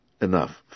enough